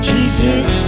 Jesus